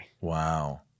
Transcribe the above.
wow